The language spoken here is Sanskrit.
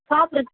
हा प्र